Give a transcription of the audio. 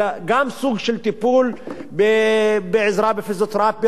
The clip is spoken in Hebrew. אלא גם סוג של טיפול בעזרה בפיזיותרפיה,